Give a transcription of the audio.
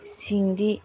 ꯁꯤꯡꯗꯤ